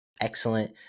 excellent